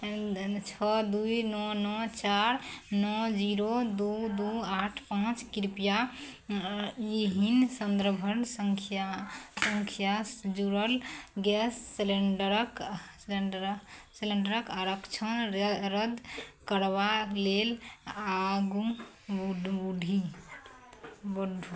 छओ दुइ नओ नओ चार नओ जीरो दुइ दुइ आठ पॉँच कृपया एहि सन्दर्भ सँख्या सँख्यासे जुड़ल गैस सिलेण्डरके सिलेण्डरके सिलेण्डरके आरक्षण रद करबाके लेल आगू बढ़ी बढ़ू